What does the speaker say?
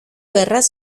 erraz